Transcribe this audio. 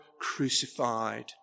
crucified